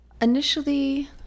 Initially